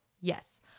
Yes